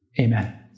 Amen